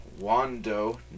Wando